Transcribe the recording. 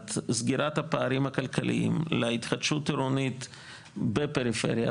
לטובת סגירת הפערים הכלכליים להתחדשות עירונית בפריפריה,